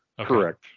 Correct